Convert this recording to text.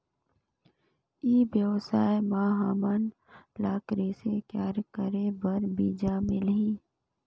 ई व्यवसाय म हामन ला कृषि कार्य करे बर बीजा मिलही?